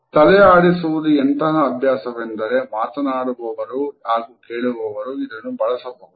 ತಲೆ ಆಡಿಸುವುದು ಎಂತಹ ಅಭ್ಯಾಸವೆಂದರೆ ಮಾತನಾಡುವವರು ಹಾಗೂ ಕೇಳುವವರು ಇದನ್ನು ಬಳಸಬಹುದು